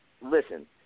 listen